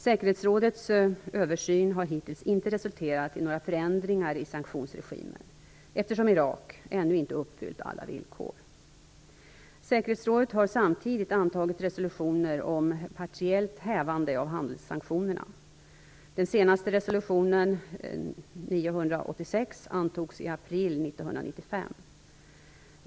Säkerhetsrådets översyn har hittills inte resulterat i några förändringar av sanktionsregimen, eftersom Irak ännu inte uppfyllt alla villkor. Säkerhetsrådet har samtidigt antagit resolutioner om partiellt hävande av handelssanktionerna. Den senaste, resolution 986, antogs i april 1995.